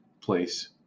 place